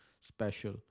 special